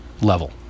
level